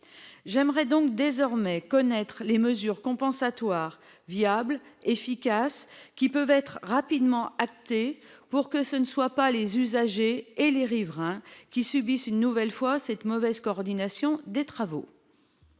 J'aimerais désormais connaître les mesures compensatoires, viables et efficaces, qui peuvent être rapidement actées pour que ce ne soit pas les usagers et les riverains qui subissent, une nouvelle fois, les conséquences de cette mauvaise coordination des travaux.